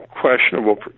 questionable